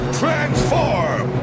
transform